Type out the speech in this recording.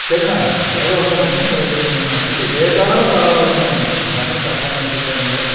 சரிண்ணா அதல்லாம் ஒன்றும் ஒன்றும் பிரச்சனை இல்லைண்ணா கொஞ்சம் லேட் ஆனாலும் பரவாயில்லண்ணா நீங்கள் அந்த மாரிலாம் தப்பாக நினச்சிக்காதிங்க